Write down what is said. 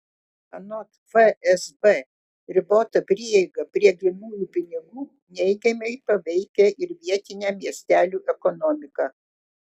anot fsb ribota prieiga prie grynųjų pinigų neigiamai paveikia ir vietinę miestelių ekonomiką